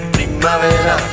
Primavera